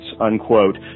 unquote